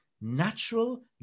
natural